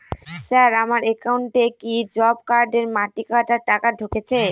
Sir আমার একাউন্টে কি জব কার্ডের মাটি কাটার টাকা ঢুকেছে?